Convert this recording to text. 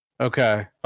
Okay